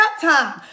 time